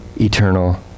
eternal